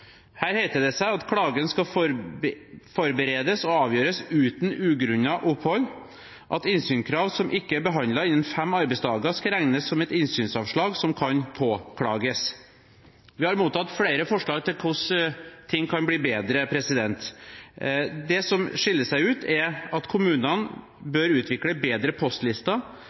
Her heter det at klagen skal forberedes og avgjøres uten ugrunnet opphold, og at innsynskrav som ikke er behandlet innen fem arbeidsdager, skal regnes som et innsynsavslag som kan påklages. Vi har mottatt flere forslag til hvordan ting kan bli bedre. Det som skiller seg ut, er at kommunene bør utvikle bedre postlister,